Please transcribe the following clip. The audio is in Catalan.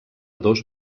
dos